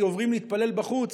כי עוברים להתפלל בחוץ,